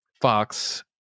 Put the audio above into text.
Fox